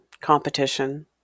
competition